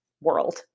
world